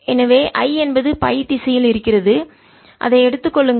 எனவே I என்பது pi திசையில் இருக்கிறது அதை எடுத்துக் கொள்ளுங்கள்